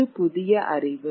இது புதிய அறிவு